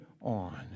on